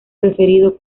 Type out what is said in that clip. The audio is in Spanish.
referido